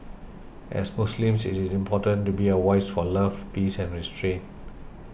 as Muslims it is important to be a voice for love peace and restraint